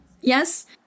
Yes